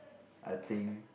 I think